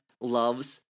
loves